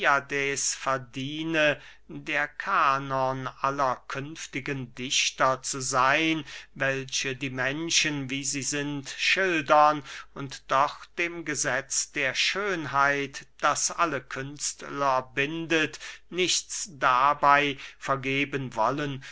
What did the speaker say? verdiene der kanon aller künftigen dichter zu seyn welche die menschen wie sie sind schildern und doch dem gesetz der schönheit das alle künstler bindet nichts dabey vergeben wollen